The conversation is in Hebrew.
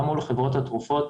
גם מול חברות התרופות.